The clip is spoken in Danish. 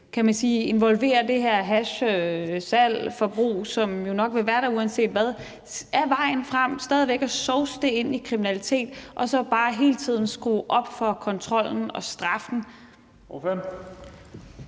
til det, der involverer det her hashsalg og -forbrug, som jo nok vil være der uanset hvad? Er vejen frem stadig væk at sovse det ind i kriminalitet og så bare hele tiden skrue op for kontrollen og straffen?